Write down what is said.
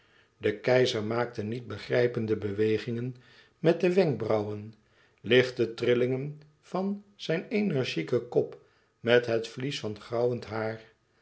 de keizer maakte niet begrijpende bewegingen met de wenkbrauwen lichte trillingen van zijn energieken kop met het vlies van grauwend haar